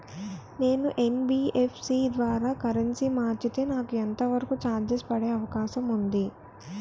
నేను యన్.బి.ఎఫ్.సి ద్వారా కరెన్సీ మార్చితే నాకు ఎంత వరకు చార్జెస్ పడే అవకాశం ఉంది?